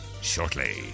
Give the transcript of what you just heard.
shortly